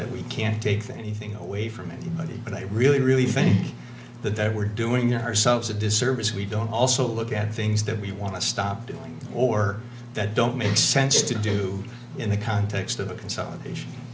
that we can't take anything away from it but i really really think that they were doing ourselves a disservice if we don't also look at things that we want to stop doing or that don't make sense to do in the context of a consolidation